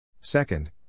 Second